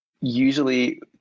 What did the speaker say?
usually